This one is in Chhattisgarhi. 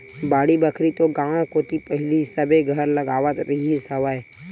बाड़ी बखरी तो गाँव कोती पहिली सबे घर लगावत रिहिस हवय